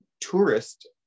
tourist